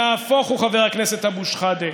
נהפוך הוא, חבר הכנסת אבו שחאדה.